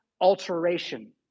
alteration